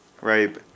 Right